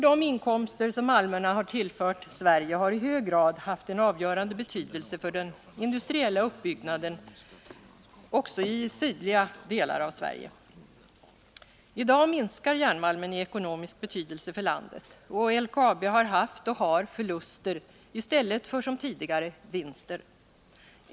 De inkomster som malmerna tillfört Sverige har i hög grad haft en avgörande betydelse för den industriella uppbyggnaden också i sydliga delar av Sverige. I dag minskar järnmalmen i ekonomisk betydelse för landet, och LKAB har haft och har förluster i stället för som tidigare vinst.